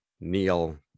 Neil